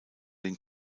den